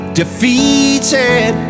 defeated